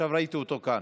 עכשיו ראיתי אותו כאן.